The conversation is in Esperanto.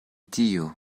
tio